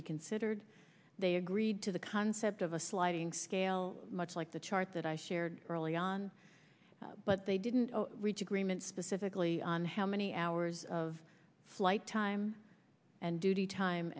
be considered they agreed to the concept of a sliding scale much like the chart that i shared early on but they didn't reach agreement specifically on how many hours of flight time and duty time